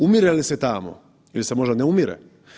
Umire li se tamo ili se možda ne umire?